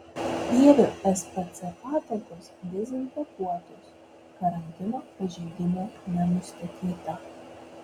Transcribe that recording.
vievio spc patalpos dezinfekuotos karantino pažeidimų nenustatyta